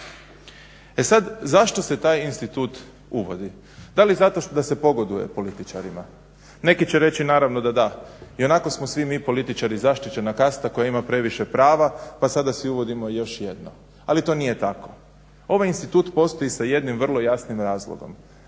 E sad zašto se taj institut uvodi? Da li zato da se pogoduje političarima? Neki će reći naravno da da, ionako smo svi mi političari zaštićena kasta koja ima previše prava, pa sada svi uvodimo još jedno. Ali to nije tako. Ovaj institut postoji sa jednim vrlo jasnim razlogom,